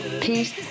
peace